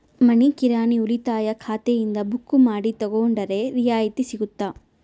ಮನಿ ಕಿರಾಣಿ ಉಳಿತಾಯ ಖಾತೆಯಿಂದ ಬುಕ್ಕು ಮಾಡಿ ತಗೊಂಡರೆ ರಿಯಾಯಿತಿ ಸಿಗುತ್ತಾ?